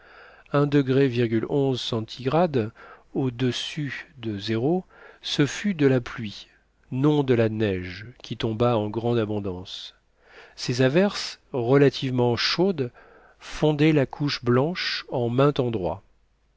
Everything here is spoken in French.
ce fut de la pluie non de la neige qui tomba en grande abondance ces averses relativement chaudes fondaient la couche blanche en maint endroit